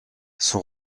son